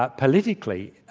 ah politically,